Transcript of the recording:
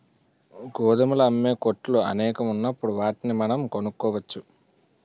గోధుమలు అమ్మే కొట్లు అనేకం ఉన్నప్పుడు వాటిని మనం కొనుక్కోవచ్చు